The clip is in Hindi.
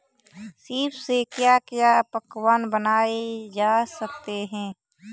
सीप से क्या क्या पकवान बनाए जा सकते हैं?